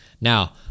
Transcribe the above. Now